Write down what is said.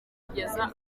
kugeza